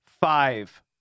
Five